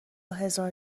هزار